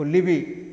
Holi ବି